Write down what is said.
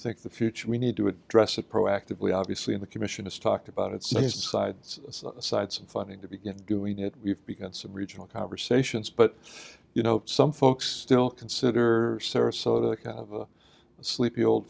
think the future we need to address it proactively obviously in the commission is talked about it since the sides sides of funding to begin doing it we've begun sabrina conversations but you know some folks still consider sarasota kind of a sleepy old